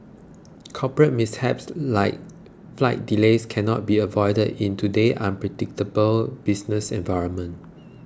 corporate mishaps like flight delays cannot be avoided in today's unpredictable business environment